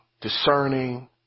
discerning